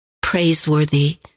praiseworthy